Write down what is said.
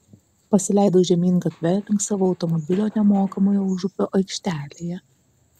pasileidau žemyn gatve link savo automobilio nemokamoje užupio aikštelėje